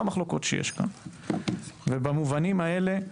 במובנים האלה,